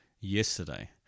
yesterday